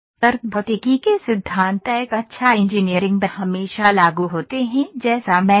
तर्क भौतिकी के सिद्धांत एक अच्छा इंजीनियरिंग हमेशा लागू होते हैं जैसा मैंने कहा